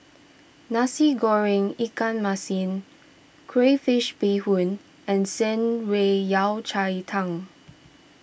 Nasi Goreng Ikan Masin Crayfish BeeHoon and Shan Rui Yao Cai Tang